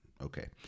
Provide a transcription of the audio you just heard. okay